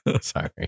sorry